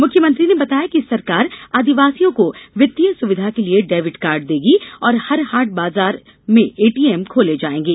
मुख्यमंत्री ने बताया कि सरकार आदिवासियों को वित्तीय सुविधा के लिए डेबिट कार्ड देगी और हर हाट बाजार एटीम खोले जायेंगे